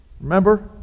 Remember